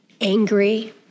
angry